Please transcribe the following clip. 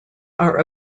are